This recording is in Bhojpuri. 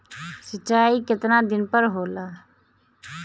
सिंचाई केतना दिन पर होला?